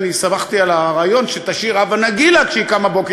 אני שמחתי על הרעיון שתשיר "הבה נגילה" כשהיא קמה בבוקר,